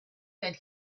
that